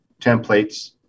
templates